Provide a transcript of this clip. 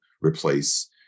replace